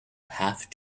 have